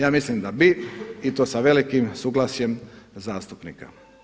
Ja mislim da bi i to sa velikim suglasjem zastupnika.